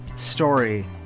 Story